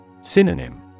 Synonym